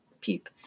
peep